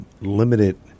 limited